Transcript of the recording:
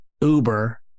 uber